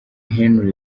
henry